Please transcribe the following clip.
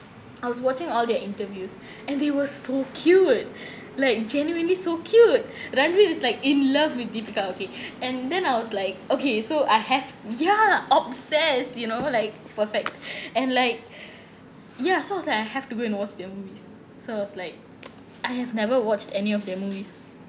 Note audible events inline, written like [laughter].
I was watching all their interviews and they were so cute [breath] like genuinely so cute ranveer is like in love with deepika okay [breath] and then I was like okay so I have ya obsessed you know like for a fact [breath] and like [breath] ya so I was like I have to go and watch their movies so I was like I have never watched any of their movies